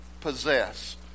possess